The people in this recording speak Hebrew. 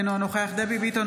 אינו נוכח דבי ביטון,